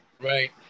right